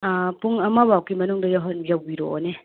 ꯄꯨꯡ ꯑꯃꯐꯧꯒꯤ ꯃꯅꯨꯡꯗ ꯌꯧꯍꯟ ꯌꯧꯕꯤꯔꯛꯑꯣꯅꯦ